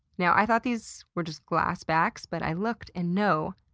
now, i thought these were just glass backs, but i looked and, no,